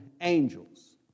angels